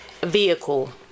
vehicle